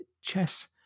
chess